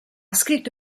scritto